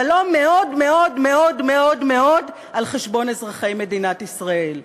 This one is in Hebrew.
אבל לא מאוד מאוד מאוד מאוד על-חשבון אזרחי מדינת ישראל.